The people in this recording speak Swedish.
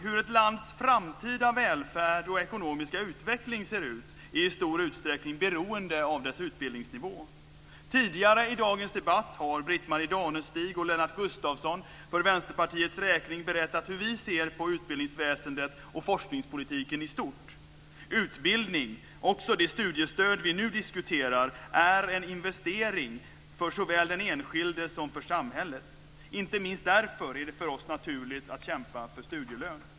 Hur ett lands framtida välfärd och ekonomiska utveckling ser ut är i stor utsträckning beroende av dess utbildningsnivå. Tidigare i dagens debatt har Britt-Marie Danestig och Lennart Gustavsson för Vänsterpartiets räkning berättat hur vi ser på utbildningsväsendet och forskningspolitiken i stort. Utbildning - också det studiestöd vi nu diskuterar - är en investering för såväl den enskilde som samhället. Inte minst därför är det för oss naturligt att kämpa för studielön.